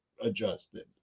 adjusted